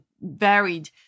varied